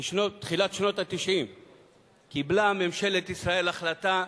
בתחילת שנות ה-90 קיבלה ממשלת ישראל החלטה,